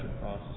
process